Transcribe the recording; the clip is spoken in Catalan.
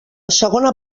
segona